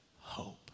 hope